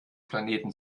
planeten